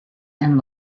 and